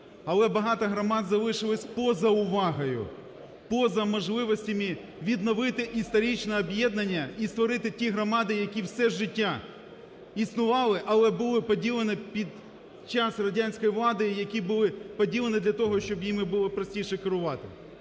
Але багато громад залишилось поза увагою, поза можливостями відновити історичне об'єднання і створити ті громади, які все життя існували, але були поділені під час Радянської влади, які були поділені для того, щоб ними було простіше керувати.